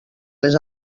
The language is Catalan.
les